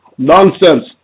Nonsense